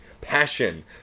passion